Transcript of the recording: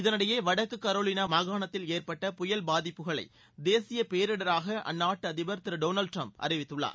இதனிடையே வடக்கு கரோலினா மாவட்டத்தில் ஏற்பட்ட புயல் பாதிப்புகளை தேசிய பேரிடராக அந்நாட்டு அதிபர் திரு டொனால்ட் ட்ரம்ப் அறிவிததுள்ளார்